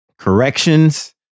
Corrections